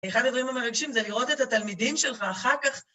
אחד הדברים המרגשים זה לראות את התלמידים שלך, אחר כך...